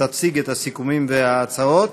תציג את הסיכומים ואת ההצעות.